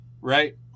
Right